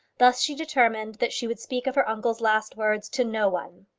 thus she determined that she would speak of her uncle's last words to no one.